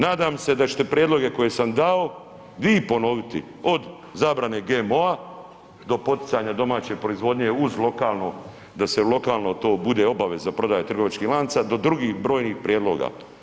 Nadam se da ćete prijedloge koje sam dao vi ponoviti, od zabrane GMO-a do poticanja domaće proizvodnje uz lokalno, da lokalno to bude obaveza prodaje trgovačkim lancima do drugih brojnih prijedloga.